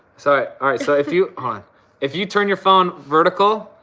so ah so if you ah if you turn your phone vertical,